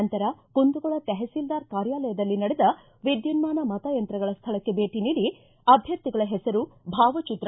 ನಂತರ ಕುಂದಗೋಳ ತಹಃಲ್ದಾರ ಕಾರ್ಯಾಲಯದಲ್ಲಿ ನಡೆದ ವಿದ್ಯುನ್ಮಾನ ಮತಯಂತ್ರಗಳ ಸ್ಥಳಕ್ಕೆ ಅಭ್ಯರ್ಥಿಗಳ ಹೆಸರು ಭಾವಚಿತ್ರ